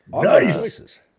nice